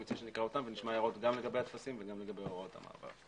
אני מציע שנקרא אותן ונשמע הערות גם לגבי הטפסים וגם לגבי הוראות המעבר.